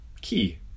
key